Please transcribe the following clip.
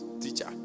teacher